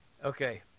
Okay